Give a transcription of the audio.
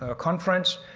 ah conference,